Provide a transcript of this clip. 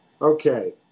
Okay